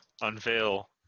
unveil